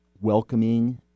welcoming